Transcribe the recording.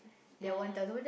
ya lah